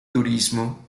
turismo